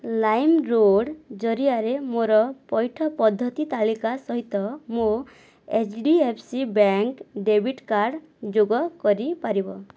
ଲାଇମ୍ road ଜରିଆରେ ମୋର ପଇଠ ପଦ୍ଧତି ତାଲିକା ସହିତ ମୋ H D F C bank debit card ଯୋଗ କରିପାରିବ